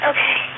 Okay